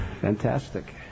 fantastic